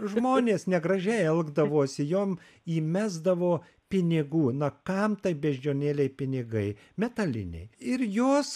žmonės negražiai elgdavosi jom įmesdavo pinigų na kam tai beždžionėlei pinigai metaliniai ir jos